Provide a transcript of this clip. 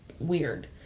weird